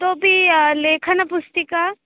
इतोऽपि लेखनपुस्तिका